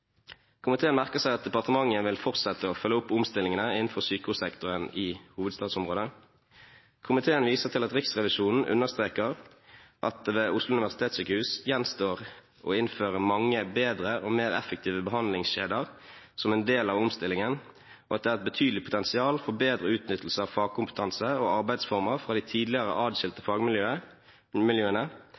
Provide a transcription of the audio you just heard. komiteen følgende merknader: «Komiteen merker seg at departementet vil fortsette å følge opp omstillingene innenfor sykehussektoren i hovedstadsområdet. Komiteen viser til at Riksrevisjonen understreker at det ved OUS gjenstår å innføre mange bedre og mer effektive behandlingskjeder som en del av omstillingen, og at det er et betydelig potensial for bedre utnyttelse av fagkompetanse og arbeidsformer fra de tidligere adskilte